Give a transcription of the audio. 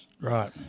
Right